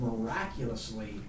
miraculously